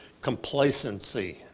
complacency